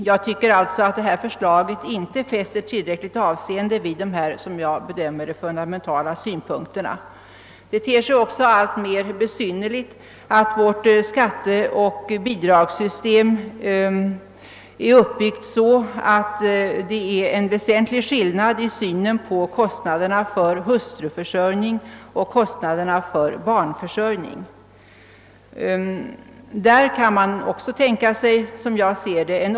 Jag tycker att förslaget inte fäster tillräckligt avseende vid dessa enligt mitt bedömande fundamentala synpunkter. Det ter sig även alltmer besynnerligt att vårt skatteoch bidragssystem är uppbyggt så, att det är en väsentlig skillnad i synen på kostnaderna för hustruförsörjning och kostnaderna för barnförsörjning.